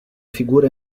figura